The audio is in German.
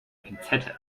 pinzette